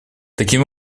таким